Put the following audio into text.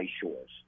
shores